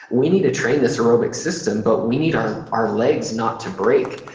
we need to train this aerobic system, but we need our our legs not to break.